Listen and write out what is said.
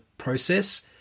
process